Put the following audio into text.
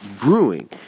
Brewing